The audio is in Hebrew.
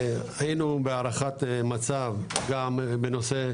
היינו בהערכת מצב גם בנושא,